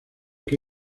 que